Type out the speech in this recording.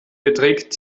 beträgt